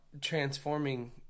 transforming